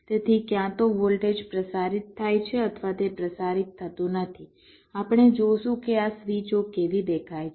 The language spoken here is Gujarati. તેથી ક્યાં તો વોલ્ટેજ પ્રસારિત થાય છે અથવા તે પ્રસારિત થતું નથી આપણે જોશું કે આ સ્વિચો કેવી દેખાય છે